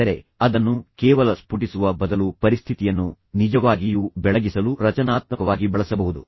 ಆದರೆ ಅದನ್ನು ಕೇವಲ ಸ್ಫೋಟಿಸುವ ಬದಲು ಪರಿಸ್ಥಿತಿಯನ್ನು ನಿಜವಾಗಿಯೂ ಬೆಳಗಿಸಲು ರಚನಾತ್ಮಕವಾಗಿ ಬಳಸಬಹುದು